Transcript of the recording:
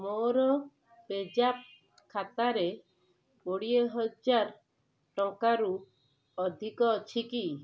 ମୋର ପେଜାପ୍ ଖାତାରେ କୋଡ଼ିଏ ଟଙ୍କାରୁ ଅଧିକ ଅଛି କି